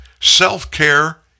Self-Care